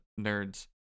nerds